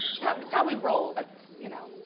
that's how that's how we roll. that's you know,